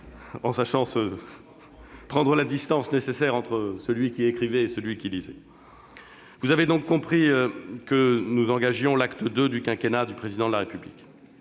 en sachant marquer la distance nécessaire entre celui qui avait écrit et celui qui lisait. Vous avez donc compris que nous engageons l'acte II du quinquennat du Président de la République.